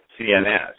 CNS